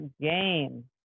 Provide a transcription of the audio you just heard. game